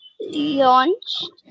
launched